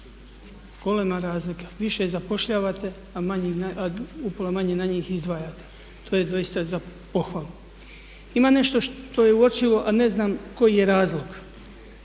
Golema razlika, više zapošljavate a upola manje na njih izdvajate. To je doista za pohvalu. Ima nešto što je uočljivo a ne znam koji je razlog.